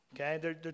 okay